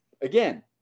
again